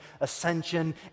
ascension